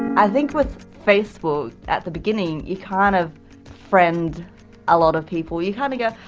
i think with facebook, at the beginning you kind of friend a lot of people. you kind of go,